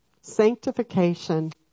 Sanctification